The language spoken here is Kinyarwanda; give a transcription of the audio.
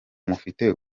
mufite